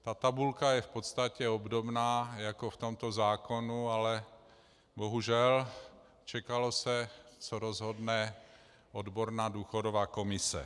Ta tabulka je v podstatě obdobná jako v tomto zákonu, ale bohužel, čekalo se, co rozhodne odborná důchodová komise.